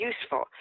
useful